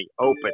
open